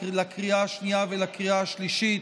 לקריאה השנייה ולקריאה השלישית,